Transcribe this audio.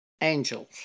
angels